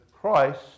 Christ